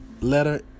letter